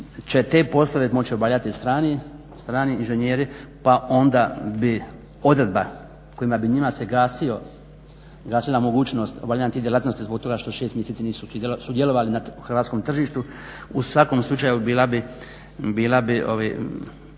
će te poslove moći obavljati strani inženjeri pa onda bi odredba kojima bi se njima gasio, gasila mogućnost obavljanja tih djelatnosti zbog toga što 6 mjeseci nisu sudjelovali na hrvatskom tržištu. U svakom slučaju bila bi,